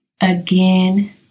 again